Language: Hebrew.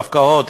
הפקעות,